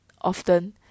often